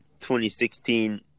2016